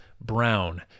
brown